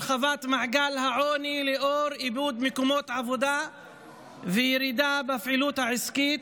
הרחבת מעגל העוני לנוכח איבוד מקומות עבודה וירידה בפעילות העסקית,